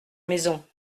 maison